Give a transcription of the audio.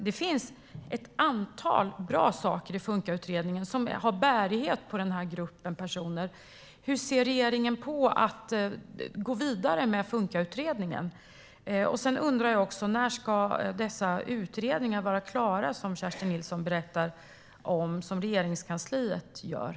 Det finns ett antal bra saker i Funkautredningen som har bärighet på denna grupp. Hur ser regeringen på att gå vidare med Funkautredningen? Jag undrar också när de utredningar som Regeringskansliet gör och som Kerstin Nilsson talar om ska vara klara.